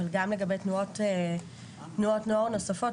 אבל גם לגבי תנועות נוער נוספות.